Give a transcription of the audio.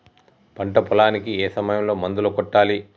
పంట పొలానికి ఏ సమయంలో మందులు కొట్టాలి?